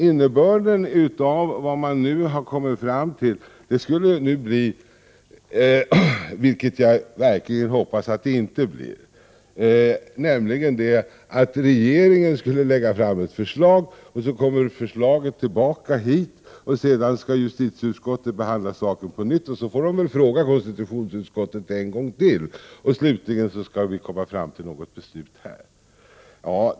Innebörden av vad man nu har kommit fram till skulle bli — vilket jag verkligen hoppas att det inte blir — att regeringen skulle lägga fram ett förslag, så kommer förslaget tillbaka hit och sedan skall justitieutskottet behandla saken på nytt och får väl fråga konstitutionsutskottet en gång till. Slutligen skall vi komma fram till ett beslut i kammaren.